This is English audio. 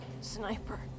sniper